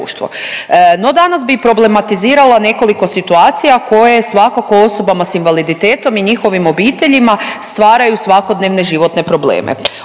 No danas bi problematizirala nekoliko situacija koje svakako osobama s invaliditetom i njihovim obiteljima stvaraju svakodnevne životne probleme.